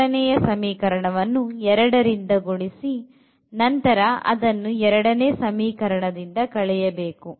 ಮೊದಲನೆಯ ಸಮೀಕರಣವನ್ನು 2 ರಿಂದ ಗುಣಿಸಿ ನಂತರ ಅದನ್ನು ಎರಡನೇ ಸಮೀಕರಣದಿಂದ ಕಳೆಯಬೇಕು